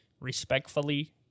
Respectfully